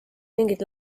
mingit